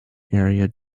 area